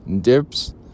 dips